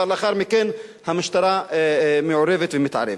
ולאחר מכן המשטרה מעורבת ומתערבת.